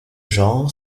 genre